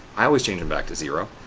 i always change them back to zero.